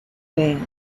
band